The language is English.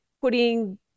putting